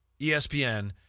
ESPN